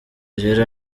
rero